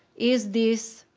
is this